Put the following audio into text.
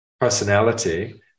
personality